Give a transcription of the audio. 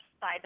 side